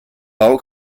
bau